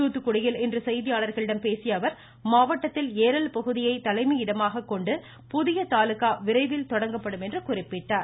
தூத்துக்குடியில் இன்று செய்தியாளர்களிடம் பேசிய அவர் மாவட்டத்தில் ஏரல் பகுதியை தலைமையிடமாக கொண்டு புதிய தாலுகா விரைவில் தொடங்கப்படும் என்றும் குறிப்பிட்டாள்